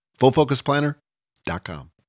fullfocusplanner.com